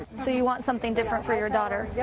so you want something different for your daughter. yeah